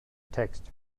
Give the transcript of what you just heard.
text